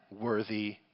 worthy